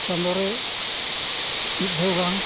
ᱪᱟᱸᱫᱳ ᱨᱮ ᱢᱤᱫ ᱫᱷᱟᱣ ᱜᱟᱱ